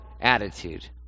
attitude